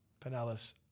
Pinellas